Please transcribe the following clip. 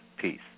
peace